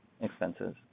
expenses